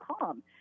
calm